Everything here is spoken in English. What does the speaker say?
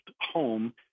home